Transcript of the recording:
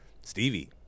Stevie